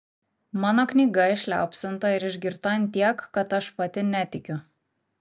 mano knyga išliaupsinta ir išgirta ant tiek kad aš pati netikiu